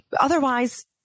Otherwise